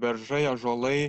beržai ąžuolai